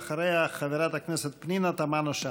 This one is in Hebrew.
אחריה, חברת הכנסת פנינה תמנו-שטה.